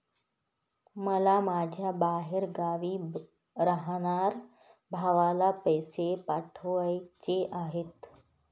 मला माझ्या बाहेरगावी राहणाऱ्या भावाला पैसे पाठवायचे आहे